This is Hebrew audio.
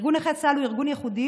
ארגון נכי צה"ל הוא ארגון ייחודי.